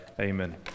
Amen